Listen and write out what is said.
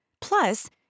Plus